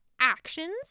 Actions